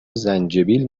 زنجبیل